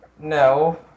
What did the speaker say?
No